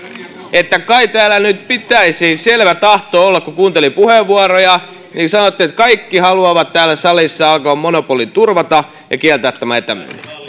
kai täällä nyt pitäisi selvä tahto olla kun kuuntelin puheenvuoroja niin sanottiin että kaikki haluavat täällä salissa alkon monopolin turvata ja kieltää tämän